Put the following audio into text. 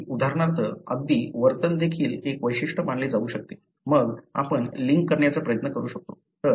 अगदी उदाहरणार्थ अगदी वर्तन देखील एक वैशिष्ट्य मानले जाऊ शकते मग आपण लिंक करण्याचा प्रयत्न करू शकतो